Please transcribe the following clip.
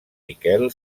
miquel